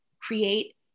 create